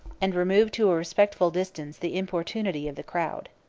and removed to a respectful distance the importunity of the crowd.